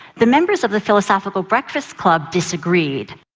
the members of the philosophical breakfast club disagreed.